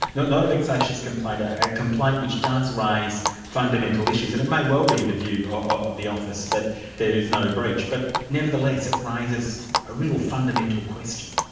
not a vexatious complaint, a a and complaint which does raise fundamental issues, and it may well be the view of the office that there is no breach, but nevertheless it raises a real fundamental question.